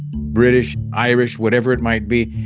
british, irish, whatever it might be,